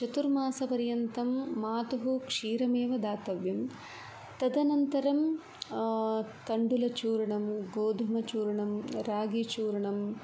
चतुर्मासपर्यन्तं मातुः क्षीरमेव दातव्यं तदनन्तरं तण्डुलचूर्णं गोधूमचुर्णं रागिचूर्णम्